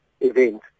event